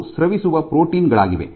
ಅವು ಸ್ರವಿಸುವ ಪ್ರೋಟೀನ್ ಗಳಾಗಿವೆ